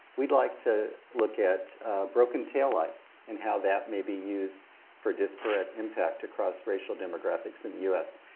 we'd like to look at broken tail lights. and how that may be used for disparate impact across racial demographics in the us.